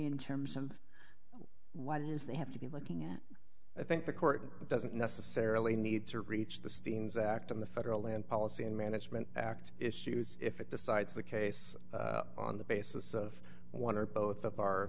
in terms of what it is they have to be looking at i think the court doesn't necessarily need to reach the scenes act on the federal land policy and management act issues if it decides the case on the basis of one or bo